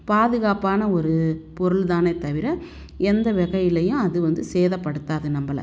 பாதுகாப்பான ஒரு பொருள் தானே தவிர எந்த வகையிலையும் அது வந்து சேதப்படுத்தாது நம்பளை